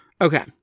Okay